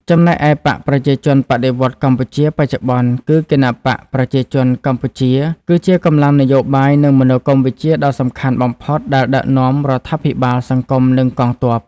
ចំណែកឯបក្សប្រជាជនបដិវត្តន៍កម្ពុជាបច្ចុប្បន្នគឺគណបក្សប្រជាជនកម្ពុជាគឺជាកម្លាំងនយោបាយ និងមនោគមវិជ្ជាដ៏សំខាន់បំផុតដែលដឹកនាំរដ្ឋាភិបាល សង្គម និងកងទ័ព ។